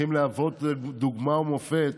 שצריכים להוות דוגמה ומופת,